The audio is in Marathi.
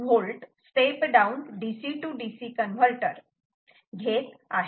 5 amps 60 volts step down DC DC converter घेत आहे